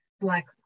black